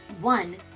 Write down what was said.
One